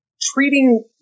treating